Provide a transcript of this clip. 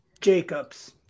Jacobs